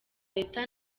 leta